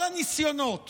כל הניסיונות